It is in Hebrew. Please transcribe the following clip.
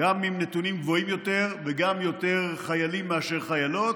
גם עם נתונים גבוהים יותר וגם יותר חיילים מאשר חיילות,